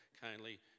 kindly